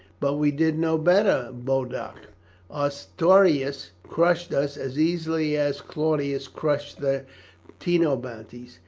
but we did no better, boduoc ostorius crushed us as easily as claudius crushed the trinobantes.